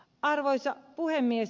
arvoisa puhemies